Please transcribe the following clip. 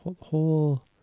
whole